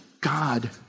God